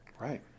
right